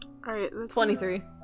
23